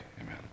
amen